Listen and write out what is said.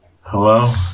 Hello